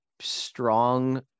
strong